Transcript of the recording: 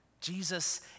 Jesus